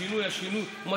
השינוי הוא משמעותי.